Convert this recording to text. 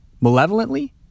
malevolently